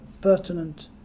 pertinent